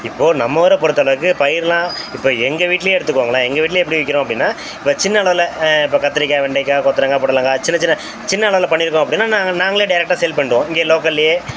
இப்போது நம்ம ஊரை பொறுத்தளவுக்கு பயிரெலாம் இப்போ எங்கள் வீட்டிலையே எடுத்துக்கோங்களேன் எங்கள் வீட்டிலையே எப்படி விற்கிறோம் அப்படின்னா இப்போ சின்ன அளவில் இப்போ கத்திரிக்காய் வெண்டைக்காய் கொத்தவரங்கா பொடலங்காய் சின்ன சின்ன சின்ன அளவில் பண்ணியிருக்கோம் அப்படின்னா நாங்கள் நாங்களே டேரெக்டாக சேல் பண்ணிடுவோம் இங்கே லோக்கலையே